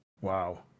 wow